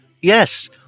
Yes